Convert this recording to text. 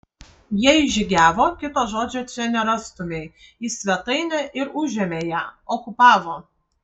jie įžygiavo kito žodžio čia nerastumei į svetainę ir užėmė ją okupavo